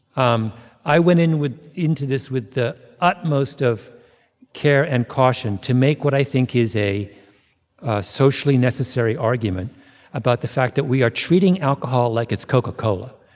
um i went in with into this with the utmost of care and caution to make what i think is a socially necessary argument about the fact that we are treating alcohol like it's coca-cola,